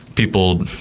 People